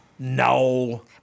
No